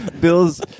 Bill's